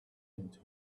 into